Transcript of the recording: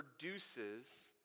produces